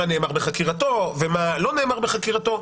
מה נאמר בחקירתו ומה לא נאמר בחקירתו.